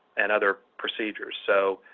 and other procedures. so,